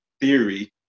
theory